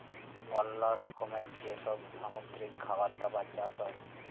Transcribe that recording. অল্লো রকমের যে সব সামুদ্রিক খাবার দাবার চাষ হ্যয়